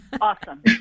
Awesome